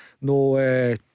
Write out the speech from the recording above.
no